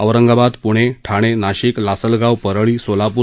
Aurangabad Pune Thane Nashik Lasalgaon Parli Solapur